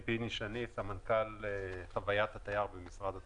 אני סמנכ"ל חוויית התייר במשרד התיירות.